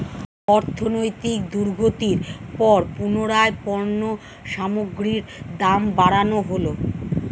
অর্থনৈতিক দুর্গতির পর পুনরায় পণ্য সামগ্রীর দাম বাড়ানো হলো